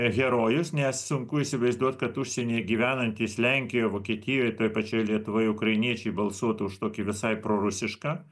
herojus nes sunku įsivaizduot kad užsienyje gyvenantys lenkijoj vokietijoj toj pačioj lietuvoj ukrainiečiai balsuotų už tokį visai prorusišką